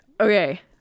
Okay